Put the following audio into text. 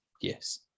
yes